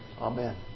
Amen